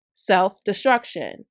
Self-destruction